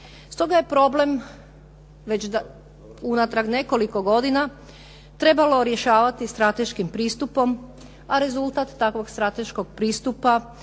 Stoga je problem već unatrag nekoliko godina trebalo rješavati strateškim pristupom, a rezultat takvog strateškog pristupa